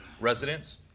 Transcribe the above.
residents